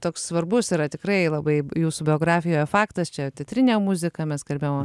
toks svarbus yra tikrai labai jūsų biografijoje faktas čia teatrinė muziką mes kalbėjom